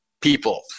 people